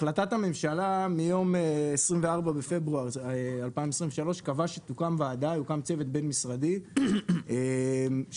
החלטת הממשלה מיום 24 בפברואר 2023 קבעה שיוקם צוות בין-משרדי שידון